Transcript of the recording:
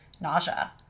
nausea